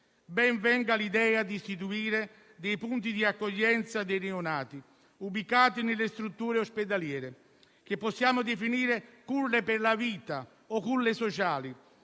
Ben venga l'idea di istituire dei punti di accoglienza dei neonati ubicati nelle strutture ospedaliere, che possiamo definire «culle per la vita» o «culle sociali»,